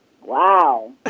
Wow